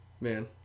Man